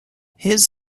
his